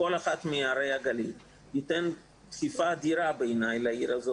בכל אחת מערי הגליל תיתן דחיפה אדירה לעיר,